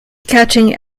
catching